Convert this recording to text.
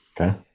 Okay